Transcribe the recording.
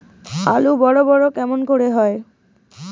আলু বড় বড় কেমন করে হয়?